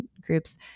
groups